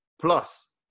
plus